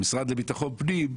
המשרד לביטחון הפנים,